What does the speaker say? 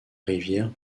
rivière